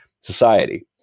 society